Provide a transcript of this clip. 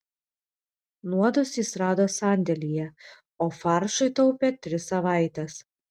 nuodus jis rado sandėlyje o faršui taupė tris savaites